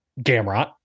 Gamrot